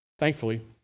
Thankfully